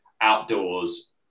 outdoors